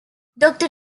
doctor